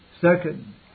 Second